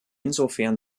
insofern